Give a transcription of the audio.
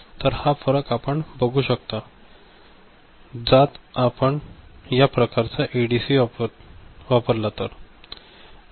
तर हा फरक आपण बघू शकता जात आपण या प्रकारचा एडीसी वापरला तर